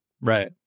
right